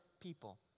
people